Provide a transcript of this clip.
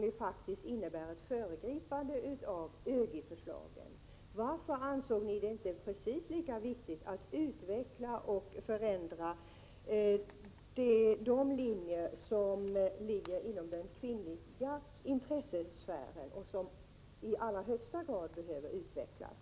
Det här innebär ett föregripande av ÖGY-förslagen. Varför var det inte precis lika viktigt att utveckla och förändra de linjer som ryms inom den kvinnliga intressesfären och som i allra högsta grad behöver utvecklas?